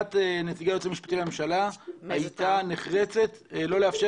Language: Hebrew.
עמדת נציגי היועץ המשפטי לממשלה הייתה נחרצת לא לאפשר